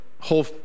whole